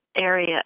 area